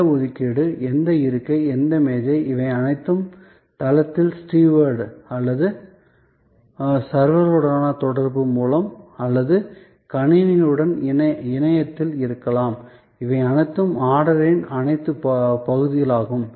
இட ஒதுக்கீடு எந்த இருக்கை எந்த மேசை இவை அனைத்தும் தளத்தில் ஸ்டீவர்ட் அல்லது சர்வர்களுடனான தொடர்பு மூலம் அல்லது கணினியுடன் இணையத்தில் இருக்கலாம் இவை அனைத்தும் ஆர்டரின் அனைத்து பகுதிகளாகும்